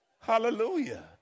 Hallelujah